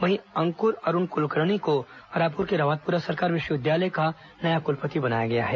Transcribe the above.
वहीं अंकुर अरूण कुलकर्णी को रायपुर के रावतपुरा सरकार विश्वविद्यालय का कुलपति बनाया गया है